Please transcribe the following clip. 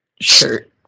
shirt